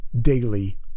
daily